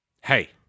Hey